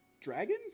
dragon